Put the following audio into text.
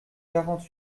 quarante